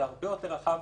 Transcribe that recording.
הוא הרבה יותר רחב,